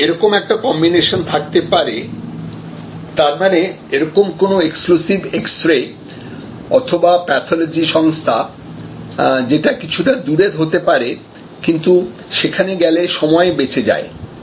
সুতরাং এরকম একটা কম্বিনেশন থাকতে পারে তারমানে এরকম কোন এক্সক্লুসিভ এক্সরে অথবা প্যাথলজি সংস্থা সেটা কিছুটা দূরে হতে পারে কিন্তু সেখানে গেলে সময় বেঁচে যায়